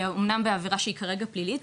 אמנם בעבירה שהיא כרגע פלילית,